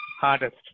hardest